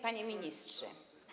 Panie Ministrze!